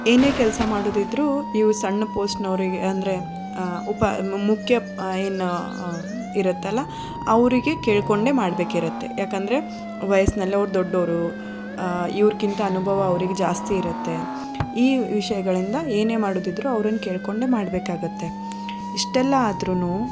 ಏನೇ ಕೆಲಸ ಮಾಡೋದಿದ್ದರೂ ಇವ್ರು ಸಣ್ಣ ಪೋಸ್ಟ್ನವರಿಗೆ ಅಂದರೆ ಉಪ ಮುಖ್ಯ ಏನು ಇರುತ್ತಲ್ಲ ಅವರಿಗೆ ಕೇಳಿಕೊಂಡೆ ಮಾಡ್ಬೇಕು ಇರುತ್ತೆ ಯಾಕೆಂದರೆ ವಯಸ್ಸಿನಲ್ಲಿ ಅವ್ರು ದೊಡ್ಡೋರು ಇವಕ್ಕಿಂತ ಅನುಭವ ಅವರಿಗೆ ಜಾಸ್ತಿ ಇರುತ್ತೆ ಈ ವಿಷಯಗಳಿಂದ ಏನೇ ಮಾಡೋದಿದ್ದರೂ ಅವ್ರನ್ನ ಕೇಳಿಕೊಂಡೆ ಮಾಡಬೇಕಾಗುತ್ತೆ ಇಷ್ಟೆಲ್ಲ ಆದ್ರೂ